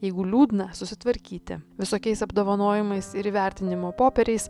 jeigu liūdna susitvarkyti visokiais apdovanojimais ir įvertinimo popieriais